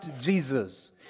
Jesus